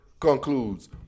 concludes